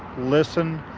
listen,